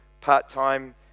part-time